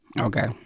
Okay